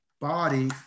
body